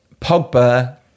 Pogba